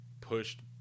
pushed